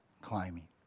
climbing